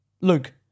Luke